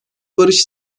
barış